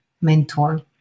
mentor